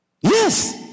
Yes